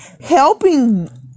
helping